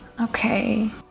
Okay